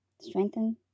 strengthen